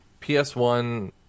PS1